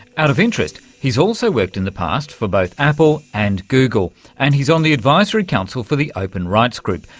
out of interest he's also worked in the past for both apple and google and he's on the advisory council for the open rights group,